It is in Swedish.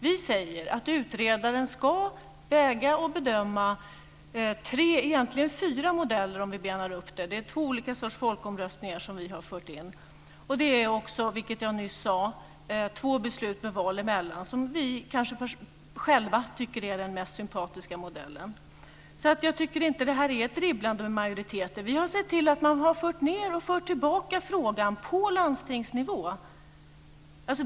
Vi säger att utredaren ska väga och bedöma tre eller egentligen fyra modeller om vi benar upp det. Det är två olika sorters folkomröstningar som vi har fört in. Det är också två beslut med val emellan som vi själva kanske tycker är den mest sympatiska modellen. Jag tycker därför inte att detta är ett dribblande med majoriteter. Vi har sett till att man har fört ned och fört tillbaka frågan på landstingsnivå.